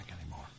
anymore